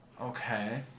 Okay